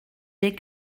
des